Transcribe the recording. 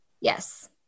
Yes